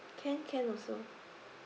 can can also